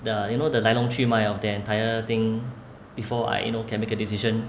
the you know the 来龙去脉 lor of the entire thing before I you know can make a decision